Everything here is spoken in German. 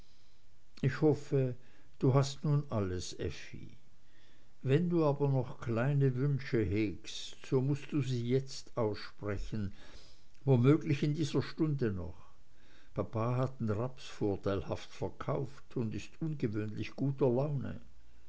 ich hoffe du hast nun alles effi wenn du aber noch kleine wünsche hegst so mußt du sie jetzt aussprechen womöglich in dieser stunde noch papa hat den raps vorteilhaft verkauft und ist ungewöhnlich guter laune